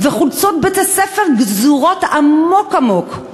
וחולצות בית-הספר גזורות עמוק עמוק.